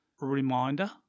reminder